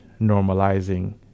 normalizing